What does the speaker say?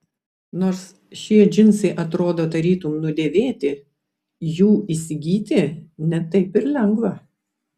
nors šie džinsai atrodo tarytum nudėvėti jų įsigyti ne taip ir lengva